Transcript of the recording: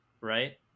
Right